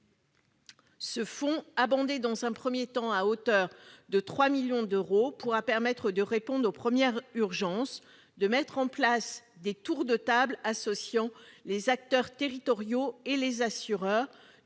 Ce fonds, abondé dans un premier temps à hauteur de 3 millions d'euros, permettra de répondre aux premières urgences, de mettre en place des tours de table associant les acteurs territoriaux et les assureurs,